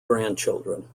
grandchildren